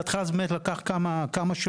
בהתחלה זה לקח באמת כמה שבועות,